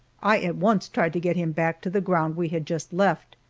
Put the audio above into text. i at once tried to get him back to the ground we had just left,